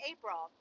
April